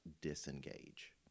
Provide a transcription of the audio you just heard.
disengage